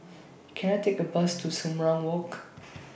Can I Take A Bus to Sumang Wrong Walk